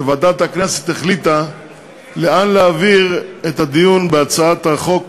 שוועדת הכנסת החליטה לאן להעביר את הדיון בהצעת החוק